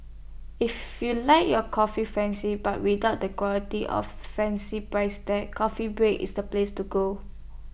if you like your coffee fancy but without the quality of fancy price tag coffee break is the place to go